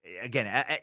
again